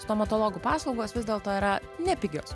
stomatologo paslaugos vis dėlto yra nepigios